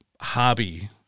hobby